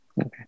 Okay